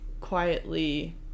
quietly